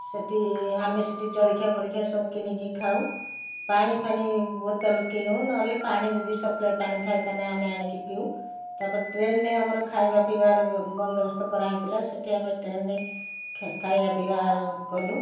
ସେଠି ଆମେ ସେଠି ଜଳଖିଆ ଫଳିଖିଆ ସବୁ କିଣିକି ଖାଉ ପାଣି ଫାଣି ବୋତଲ କିଣୁ ନହେଲେ ପାଣି ଯଦି ସପ୍ଲାଇ ପାଣି ଥାଏ ତାନେ ଆମେ ଆଣିକି ପିଉ ତାପରେ ଟ୍ରେନ୍ ରେ ଆମର ଖାଇବା ପିଇବା ର ବ୍ୟ ବନ୍ଦବସ୍ତ କରା ହେଇଥିଲା ସେଠି ଆମେ ଟ୍ରେନ୍ ରେ ଖା ଖାଇବା ପିଇବା କଲୁ